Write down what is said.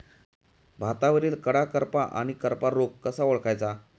भातावरील कडा करपा आणि करपा रोग कसा ओळखायचा?